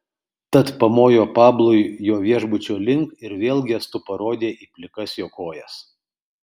tad pamojo pablui jo viešbučio link ir vėl gestu parodė į plikas jo kojas